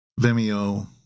Vimeo